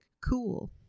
cool